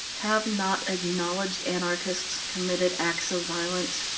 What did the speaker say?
have not acknowledged anarchists committed acts of violence?